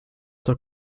der